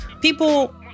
people